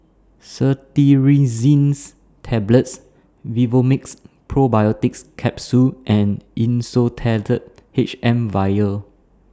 Cetirizines Tablets Vivomixx Probiotics Capsule and Insulatard H M Vial